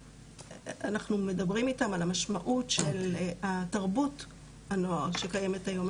אנחנו מדברים איתם על המשמעות של התרבות של הנוער שקיימת היום.